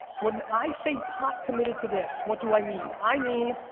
when i say pot committed to this, what do i mean? i mean,